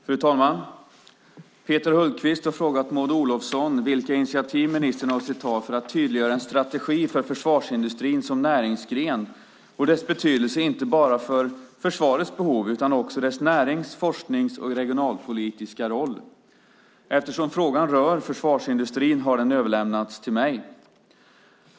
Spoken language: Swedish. Fru talman! Peter Hultqvist har frågat Maud Olofsson vilka initiativ ministern avser att ta för att tydliggöra en strategi för försvarsindustrin som näringsgren och dess betydelse inte bara för försvarets behov utan också dess närings-, forsknings och regionalpolitiska roll. Eftersom frågan rör försvarsindustrin har den överlämnats till mig.